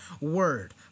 word